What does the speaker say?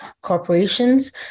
corporations